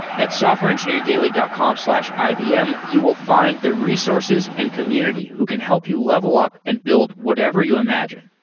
at softwareengineeringdaily dot com slash ibm, you will find the resources and community who can help you level up and build whatever you imagine.